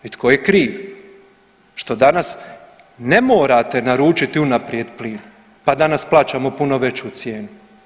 I tko je kriv što danas ne morate naručiti unaprijed plin pa danas plaćamo puno veću cijenu?